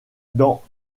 dans